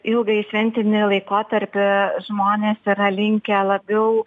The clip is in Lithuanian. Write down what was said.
ilgąjį šventinį laikotarpį žmonės yra linkę labiau